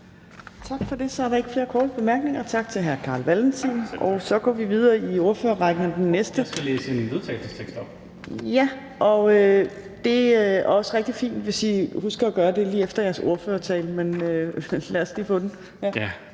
Tak for det. Så er der ikke flere korte bemærkninger – tak til hr. Carl Valentin. Så går vi videre i ordførerrækken. (Carl Valentin (SF): Jeg skal læse et forslag til vedtagelse op). Ja, det er også rigtig fint, hvis I husker at gøre det lige efter jeres ordførertale, men lad os lige få den. Kl.